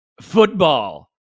football